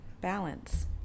Balance